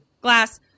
glass